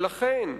ולכן,